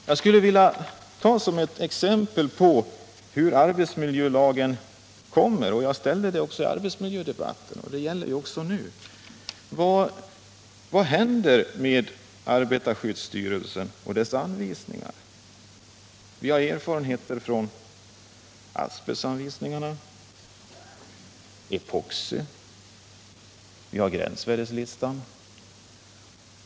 Jag frågade redan i debatten om den nya arbetsmiljölagen: Vad händer med arbetarskyddsstyrelsens anvisningar? Vi har erfarenhet av asbestoch epoxianvisningarna samt av gränsvärdeslistan.